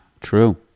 true